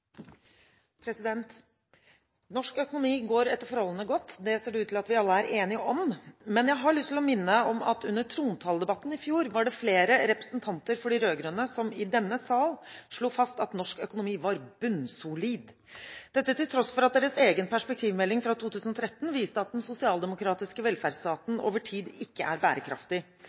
Norsk økonomi går etter forholdene godt, det ser det ut til at vi alle er enige om. Men jeg har lyst til å minne om at under trontaledebatten i fjor var det flere representanter for de rød-grønne som i denne sal slo fast at norsk økonomi var bunnsolid – dette til tross for at deres egen perspektivmelding fra 2013 viste at den sosialdemokratiske velferdsstaten over tid ikke er bærekraftig,